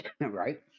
Right